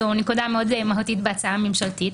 זו נקודה מאוד מהותית בהצעה הממשלתית.